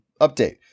Update